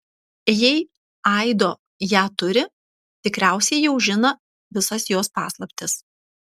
jei aido ją turi tikriausiai jau žino visas jos paslaptis